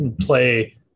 play